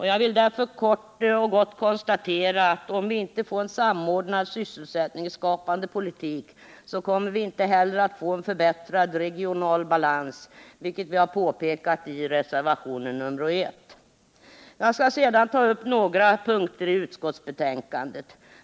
Jag vill därför kort och gott konstatera, att om vi inte får en samordnad sysselsättningsskapande politik kommer vi inte heller att få en förbättrad regional balans, vilket vi har påpekat i reservationen 1. Jag skall sedan ta upp några punkter i utskottsbetänkandet.